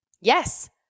Yes